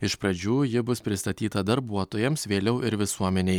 iš pradžių ji bus pristatyta darbuotojams vėliau ir visuomenei